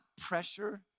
pressure